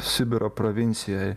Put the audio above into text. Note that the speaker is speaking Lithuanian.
sibiro provincijoj